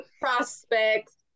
Prospects